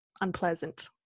unpleasant